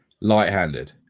light-handed